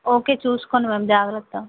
okay చూసుకోండి ma'am జాగ్రత్త